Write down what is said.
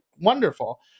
wonderful